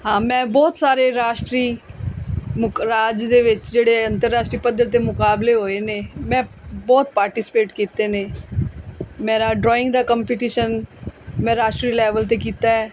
ਹਾਂ ਮੈਂ ਬਹੁਤ ਸਾਰੇ ਰਾਸ਼ਟਰੀ ਮੁਕਰਾਜ ਦੇ ਵਿੱਚ ਜਿਹੜੇ ਅੰਤਰਰਾਸ਼ਟਰੀ ਪੱਧਰ 'ਤੇ ਮੁਕਾਬਲੇ ਹੋਏ ਨੇ ਮੈਂ ਬਹੁਤ ਪਾਰਟੀਸਪੇਟ ਕੀਤੇ ਨੇ ਮੇਰਾ ਡਰਾਇੰਗ ਦਾ ਕੰਪੀਟੀਸ਼ਨ ਮੈਂ ਰਾਸ਼ਟਰੀ ਲੈਵਲ 'ਤੇ ਕੀਤਾ